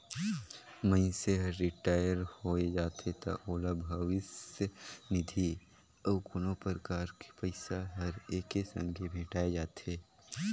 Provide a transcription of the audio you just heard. मइनसे हर रिटायर होय जाथे त ओला भविस्य निधि अउ कोनो परकार के पइसा हर एके संघे भेंठाय जाथे